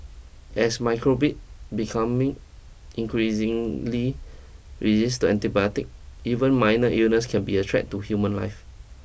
as micro becoming increasingly resist to antibiotics even minor illness can be a threat to human life